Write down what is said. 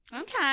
Okay